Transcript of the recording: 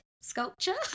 sculpture